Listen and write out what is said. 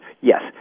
yes